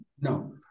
no